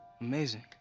Amazing